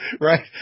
Right